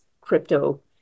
crypto